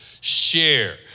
share